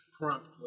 promptly